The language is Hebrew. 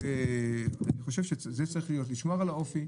אני חושב שצריך לשמור על האופי,